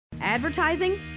Advertising